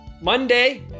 Monday